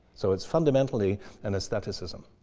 so it's fundamentally an aestheticism.